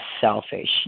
selfish